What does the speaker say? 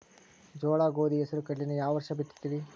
ಜೋಳ, ಗೋಧಿ, ಹೆಸರು, ಕಡ್ಲಿನ ಯಾವ ವರ್ಷ ಬಿತ್ತತಿರಿ?